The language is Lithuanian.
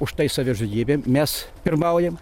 už tai savižudybėm mes pirmaujam